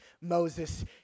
Moses